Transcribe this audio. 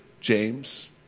James